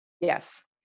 Yes